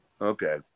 Okay